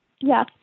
Yes